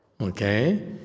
Okay